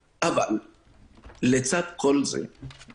למה לא צריך להשתמש בכלי הזה נגד אנשים שהם